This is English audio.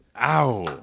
Ow